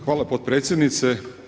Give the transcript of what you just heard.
Hvala potpredsjednice.